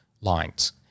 lines